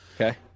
Okay